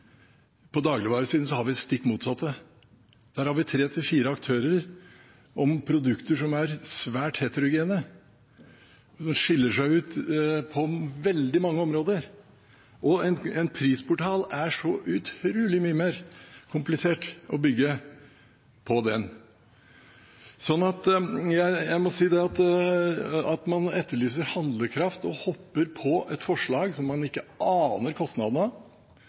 På dagligvaresiden har vi det stikk motsatte, der har vi tre–fire aktører om produkter som er svært heterogene, som skiller seg ut på veldig mange områder, og en prisportal er så utrolig mye mer komplisert å bygge for den. Jeg må si at det at man etterlyser handlekraft og hopper på et forslag som man ikke aner kostnadene